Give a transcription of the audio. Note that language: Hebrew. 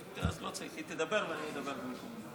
היא תדבר, ואני אדבר בזמני.